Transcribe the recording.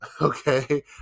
Okay